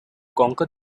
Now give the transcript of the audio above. conquer